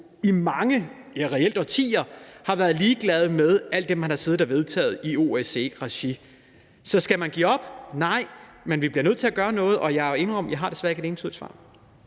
i mange, ja, reelt årtier har været ligeglad med alt det, man har siddet og vedtaget i OSCE-regi. Så skal man give op? Nej. Men vi bliver nødt til at gøre noget, og jeg må indrømme: Jeg har desværre ikke et entydigt svar.